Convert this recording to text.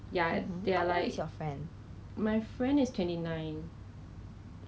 but for 你你是你有用 like reusable 的是吗所以你觉得不需要